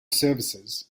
services